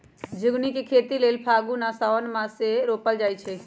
झिगुनी के खेती लेल फागुन आ साओंन मासमे रोपल जाइ छै